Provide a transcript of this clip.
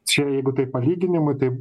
čia jeigu tai palyginimui taip